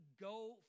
go